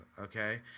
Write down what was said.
okay